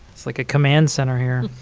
it's like a command center here.